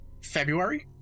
February